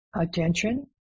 Attention